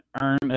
earn